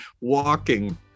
walking